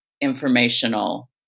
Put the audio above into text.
informational